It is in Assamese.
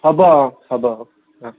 হ'ব অঁ হ'ব অঁ